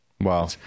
Wow